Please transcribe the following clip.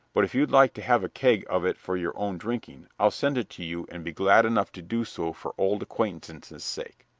but if you'd like to have a keg of it for your own drinking, i'll send it to you and be glad enough to do so for old acquaintance' sake.